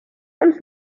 und